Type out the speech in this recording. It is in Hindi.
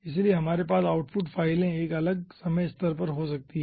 इसलिए हमारे पास आउटपुट फाइलें एक अलग समय स्तर पर हो सकती हैं